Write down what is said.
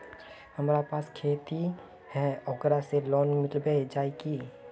हमरा पास खेती है ओकरा से लोन मिलबे जाए की?